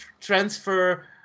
transfer